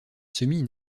semis